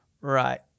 Right